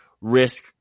risk